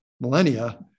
millennia